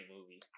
movie